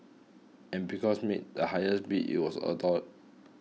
and because made the highest bid it was adore